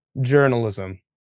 journalism